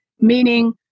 meaning